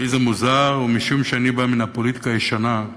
לי זה מוזר, ומשום שאני בא מהפוליטיקה הישנה,